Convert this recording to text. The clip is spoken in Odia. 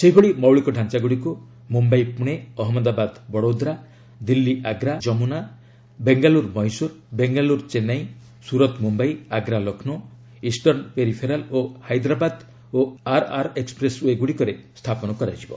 ସେହିଭଳି ମୌଳିକ ଡ଼ାଞ୍ଚାଗୁଡ଼ିକୁ ମୁମ୍ଭାଇ ପୁଣେ ଅହନ୍ମଦାବାଦ ବଡୌଦ୍ରା ଦିଲ୍ଲୀ ଆଗ୍ରା ଯମୁନା ବେଙ୍ଗାଲ୍ଲୁରୁ ମହୀଶୂର ବେଙ୍ଗାଲୁରୁ ଚେନ୍ନାଇ ସୁରତ ମୁମ୍ୟାଇ ଆଗ୍ରା ଲକ୍ଷ୍ନୌ ଇଷ୍ଟର୍ଣ୍ଣ ପେରିଫେରାଲ୍ ଓ ହାଇଦ୍ରାବାଦ ଓଆର୍ଆର୍ ଏକ୍ସପ୍ରେସ୍ଓ୍ୱେ ଗୁଡ଼ିକରେ ସ୍ଥାପନ କରାଯିବ